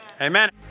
Amen